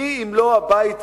מי אם לא הבית הזה,